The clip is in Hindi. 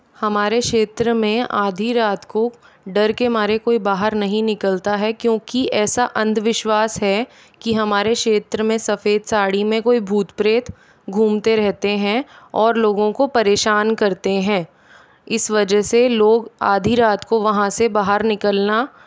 हमारे क्षेत्र में आधी रात को डर के मारे कोई बाहर नहीं निकलता है क्योंकी ऐसा अंधविश्वास है कि हमारे क्षेत्र में सफ़ेद साड़ी में कोई भूत प्रेत घुमते रहते हैं और लोगों को परेशान करते हैं इस वजह से लोग आधी रात को वहाँ से बाहर निकलना